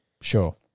sure